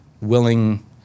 willing